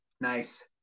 nice